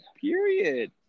Period